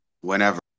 whenever